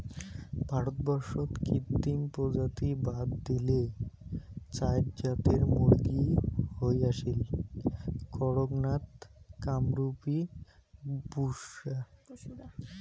ভারতবর্ষত কৃত্রিম প্রজাতি বাদ দিলে চাইর জাতের মুরগী হই আসীল, কড়ক নাথ, কামরূপী, বুসরা